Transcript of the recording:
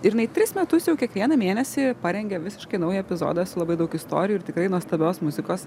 ir jinai tris metus jau kiekvieną mėnesį parengia visiškai naują epizodą su labai daug istorijų ir tikrai nuostabios muzikos